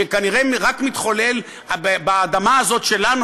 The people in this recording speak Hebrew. שכנראה מתחולל רק באדמה הזאת שלנו,